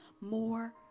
more